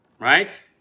right